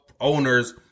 owners